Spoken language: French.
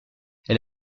elle